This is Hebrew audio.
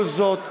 כל זאת,